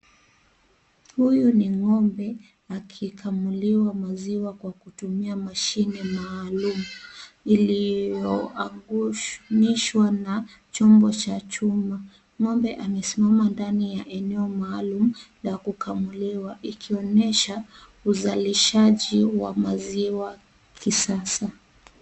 Huyu ni ng'ombe akikamuliwa maziwa kwa kutumia mashine maalum iliyo unganishwa na chombo cha chuma ng'ombe amesimama eneo maalum la kukamuliwa likionesha uzalishaji mzuri wa maziwa ya kisasa.